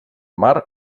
mar